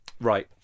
right